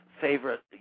favorite